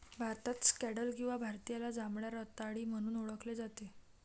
भारतात स्कँडल किंवा भारतीयाला जांभळ्या रताळी म्हणून ओळखले जाते